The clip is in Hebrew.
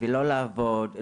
לא לעבוד,